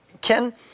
Ken